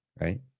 right